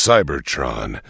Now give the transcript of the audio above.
Cybertron